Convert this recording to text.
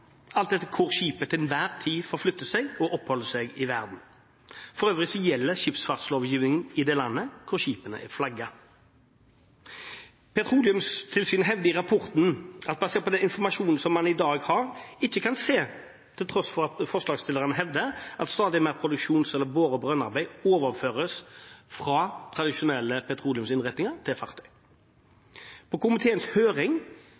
alt etter hvor skipet til enhver tid forflytter seg og oppholder seg i verden. For øvrig gjelder skipsfartslovgivningen i det landet hvor skipene er flagget. Petroleumstilsynet hevder i rapporten at man basert på den informasjonen man i dag har, ikke kan se – til tross for at forslagsstillerne hevder det – at stadig mer produksjons- eller bore- og brønnarbeid overføres fra tradisjonelle petroleumsinnretninger til fartøy. På komiteens høring